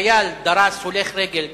חייל דרס הולך רגל,